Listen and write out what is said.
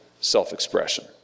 self-expression